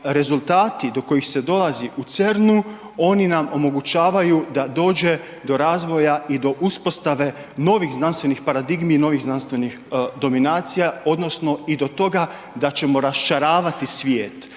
rezultati do kojih se dolazi u CERN-u oni nam omogućavaju da dođe do razvoja i do uspostave novih znanstvenih paradigmi i novih znanstvenih dominacija odnosno i do toga da ćemo rasčaravati svijet.